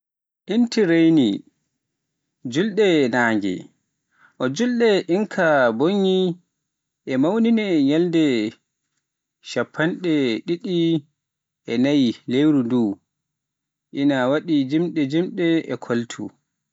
Inti Raymi (Juulde Naange). Oo juulde Inka ɓooynde e mawninee ñalnde sappo didi e lewru nduu, ina waɗi jimɗi, jimɗi, e koltu.